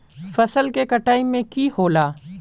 फसल के कटाई में की होला?